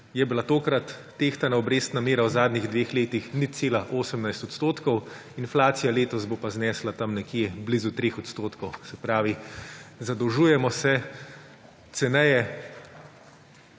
je bila tokrat tehtana obrestna mera v zadnjih dveh letih 0,18 odstotkov, inflacija letos bo pa znesla tam nekje blizu 3 odstotkov. Se pravi, zadolžujemo se ceneje